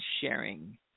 sharing